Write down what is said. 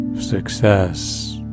success